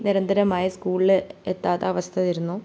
നിരന്തരമായ സ്കൂളിൽ എത്താത്ത അവസ്ഥ വരുന്നു